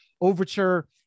Overture